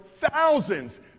thousands